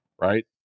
right